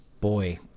Boy